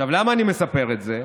עכשיו, למה אני מספר את זה?